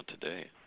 today